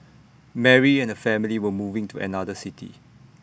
Mary and her family were moving to another city